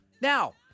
Now